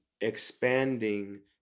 expanding